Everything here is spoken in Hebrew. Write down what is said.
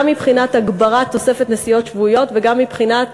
גם מבחינת הגברת תוספת נסיעות שבועיות וגם מבחינת